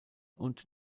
und